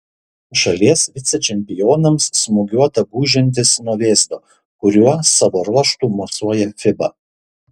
šalies vicečempionams smūgiuota gūžiantis nuo vėzdo kuriuo savo ruožtu mosuoja fiba